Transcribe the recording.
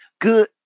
Good